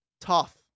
Tough